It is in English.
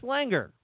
Langer